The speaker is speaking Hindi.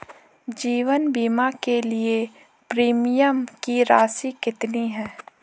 जीवन बीमा के लिए प्रीमियम की राशि कितनी है?